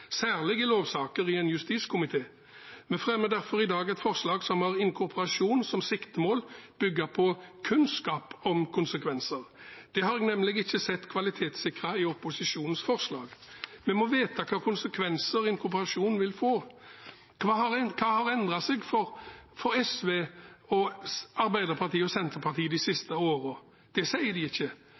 særlig i lovsaker i en justiskomité. Vi fremmer derfor i dag et forslag som har inkorporasjon som siktemål, bygd på kunnskap om konsekvenser. Det har jeg nemlig ikke sett kvalitetssikret i opposisjonens forslag. Vi må vite hvilke konsekvenser inkorporasjon vil få. Hva har endret seg for SV, Arbeiderpartiet og Senterpartiet de siste årene? Det sier de ikke.